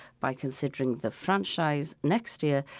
by considering the franchise next year,